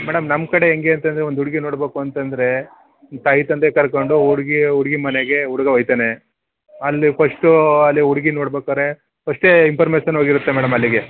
madam ನಮ್ಮ ಕಡೆ ಹೇಗೆ ಅಂತಂದರೆ ಒಂದು ಹುಡುಗಿ ನೋಡ್ಬೇಕು ಅಂತಂದರೆ ತಾಯಿ ತಂದೆ ಕರ್ಕೊಂಡು ಹುಡುಗಿ ಹುಡುಗಿ ಮನೆಗೆ ಹುಡುಗ ಹೋಗ್ತಾನೆ ಅಲ್ಲಿ ಫಸ್ಟೂ ಅಲ್ಲಿ ಹುಡುಗಿ ನೋಡ್ಬೇಕಾರೆ ಫಸ್ಟೇ ಇನ್ಫರ್ಮೇಷನ್ ಹೋಗಿರುತ್ತೆ ಮೇಡಮ್ ಅಲ್ಲಿಗೆ